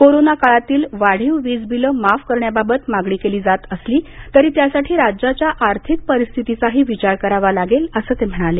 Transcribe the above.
corona काळातील वाढीव वीज बिल माफ करण्याबाबत मागणी केली जात असली तरी त्यासाठी राज्याच्या आर्थिक परिस्थितीचाही विचार करावा लागेल असं ते म्हणाले